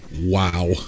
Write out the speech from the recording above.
Wow